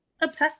obsessed